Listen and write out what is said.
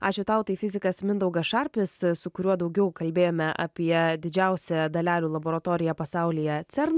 ačiū tau tai fizikas mindaugas šarpis su kuriuo daugiau kalbėjome apie didžiausią dalelių laboratorija pasaulyje cern